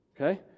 Okay